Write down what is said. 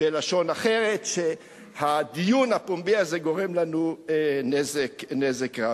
בלשון אחרת, שהדיון הפומבי הזה גורם לנו נזק רב.